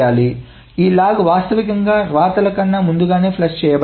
కాబట్టి ఈ లాగ్ వాస్తవికంగా వ్రాతలు కన్నా ముందుగానే ఫ్లష్ చేయబడాలి